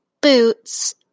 boots